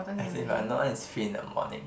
as if lah no one is free in the morning